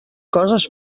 coses